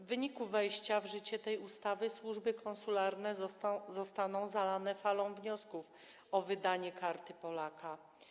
W wyniku wejścia w życie tej ustawy służby konsularne zostaną zalane falą wniosków o wydanie Karty Polaka.